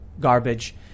garbage